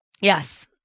Yes